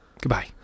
Goodbye